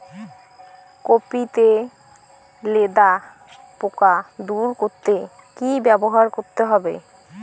Copy তে লেদা পোকা দূর করতে কি ব্যবহার করতে হবে?